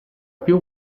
più